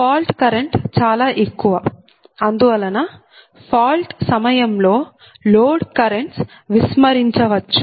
fault current చాలా ఎక్కువ అందువలన ఫాల్ట్ సమయంలో లోడ్ కరెంట్స్ విస్మరించవచ్చు